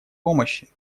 помощи